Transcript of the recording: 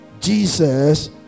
Jesus